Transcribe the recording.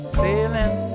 sailing